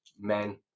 men